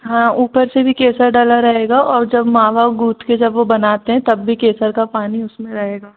हाँ ऊपर से भी केसर डला रहेगा और जब मावा गूथ के जब वो बनाते हैं तब भी केसर का पानी उसमें रहेगा